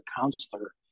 counselor